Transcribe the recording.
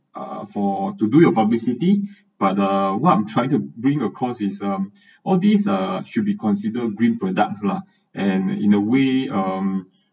ah for to do your publicity but ah what I'm trying to bring across is um all these uh should be consider green products lah and in a way um